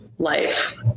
Life